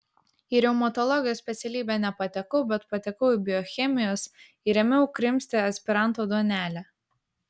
į reumatologijos specialybę nepatekau bet patekau į biochemijos ir ėmiau krimsti aspiranto duonelę